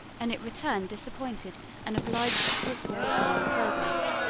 and it returned disappointed and obliged to report no progress.